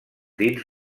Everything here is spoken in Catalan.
dins